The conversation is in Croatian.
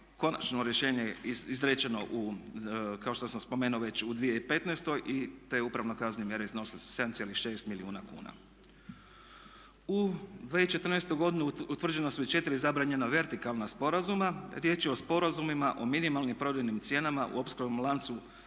konačno rješenje je izrečeno u kao što sam spomenuo već u 2015.te upravno kaznene mjere iznosile su 7,6 milijuna kuna. U 2014.godini utvrđena su i četiri zabranjena vertikalna sporazuma. Riječ je o sporazumima o minimalnim prodajnim cijenama u opskrbnom lancu